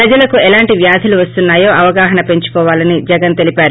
ప్రజలకు ఎలాంటి వ్యాధులు వస్తున్నా యో అవగాహన పెంచుకోవాలని జగన్ తెలిపారు